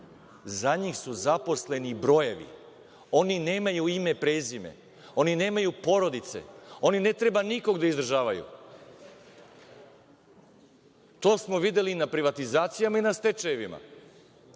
Za njih su zaposleni brojevi. Oni nemaju ime i prezime, oni nemaju porodice, oni ne treba nikog da izdržavaju. To smo videli i na privatizacijama i na stečajevima